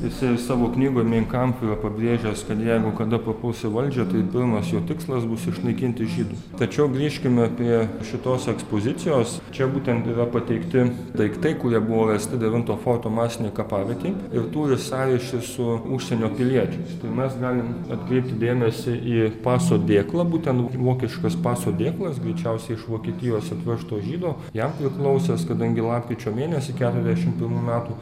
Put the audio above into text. jisai ir savo knygoj mein kamf pabrėžęs kad jeigu kada papuls į valdžią tai pirmas jo tikslas bus išnaikinti žydus tačiau grįžkime prie šitos ekspozicijos čia būtent yra pateikti daiktai kurie buvę rasti devinto forto masinėj kapavietėj ir turi sąryšį su užsienio piliečiais tai mes galim atkreipti dėmesį į paso dėklą būtent vokiškas paso dėklas greičiausiai iš vokietijos atvežto žydų jam priklausęs kadangi lapkričio mėnesį keturiasdešimt pirmų metų